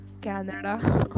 Canada